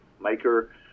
Maker